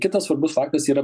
kitas svarbus faktas yra